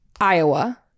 Iowa